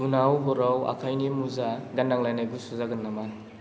उनाव हराव आखायनि मुजा गाननांलायनाय गुसु जागोन नामा